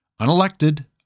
unelected